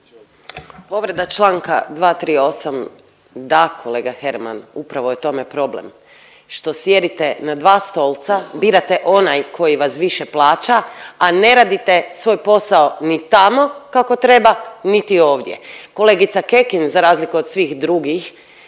Povreda čl. 238. Da kolega Herman upravo je u tome problem, što sjedite na dva stolca, birate onaj koji vas više plaća, a ne radite svoj posao ni tamo kako treba niti ovdje. Kolegica Kekin za razliku od svih drugih